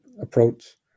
approach